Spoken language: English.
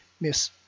miss